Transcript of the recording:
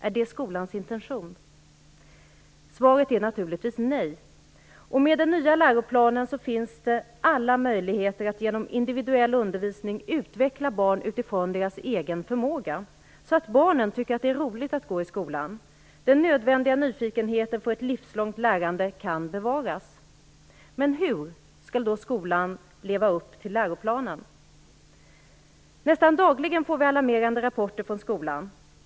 Är det skolans intention? Svaret är naturligtvis nej. Med den nya läroplanen finns det alla möjligheter att genom individuell undervisning utveckla barn utifrån deras egen förmåga, så att barnen tycker att det är roligt att gå i skolan. Den nödvändiga nyfikenheten för ett livslångt lärande kan bevaras. Men hur skall då skolan leva upp till läroplanen? Nästan dagligen får vi alarmerande rapporter från skolan.